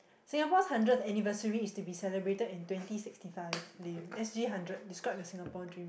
Singapore's hundredth anniversary is to be celebrated in twenty sixty five lame S_G hundred describe your Singapore dream